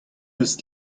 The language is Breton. eus